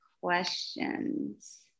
questions